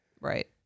Right